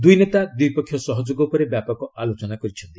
ଦୁଇ ନେତା ଦ୍ୱିପକ୍ଷୀୟ ସହଯୋଗ ଉପରେ ବ୍ୟାପକ ଆଲୋଚନା କରିଛନ୍ତି